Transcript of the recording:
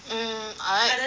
mm I like